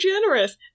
generous